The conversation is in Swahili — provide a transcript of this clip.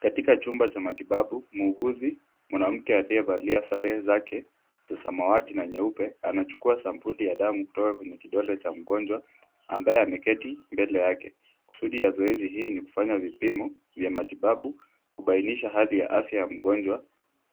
Katika chumba cha matibabu, muuguzi mwanamke aliyevalia sare zake za samawati na nyeupe anachukua sampuli ya damu kutoka kwenye kidole cha mgonjwa ambaye ameketi mbele yake. Kusudi ya zoezi hii ni kufanya vipimo vya matibabu, kubainisha hali ya afya ya mgonjwa